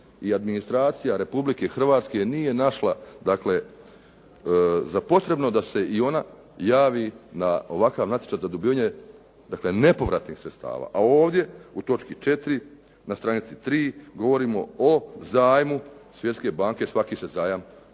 i administracija Republike Hrvatske nije našla za potrebno da se i ona javi na ovakav natječaj za dobivanje dakle nepovratnih sredstava, a ovdje u točki 4. na stranici 3 govorimo o zajmu Svjetske banke, svaki se zajam jasno